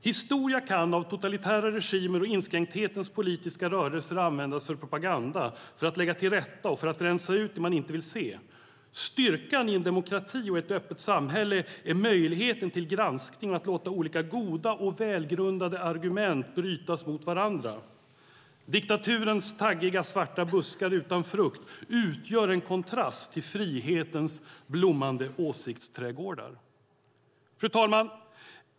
Historia kan av totalitära regimer och inskränkthetens politiska rörelser användas för propaganda, för att lägga till rätta och för att rensa ut det man inte vill se. Styrkan i en demokrati och ett öppet samhälle är möjligheten till granskning och att låta olika goda och välgrundade argument brytas mot varandra. Diktaturens taggiga svarta buskar utan frukt utgör en kontrast till frihetens blommande åsiktsträdgårdar. Fru talman!